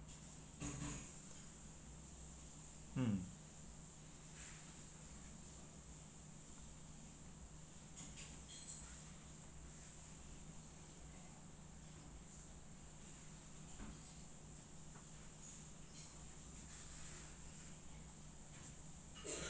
mm